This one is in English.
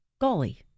Golly